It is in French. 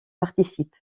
participe